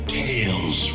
tales